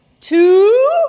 two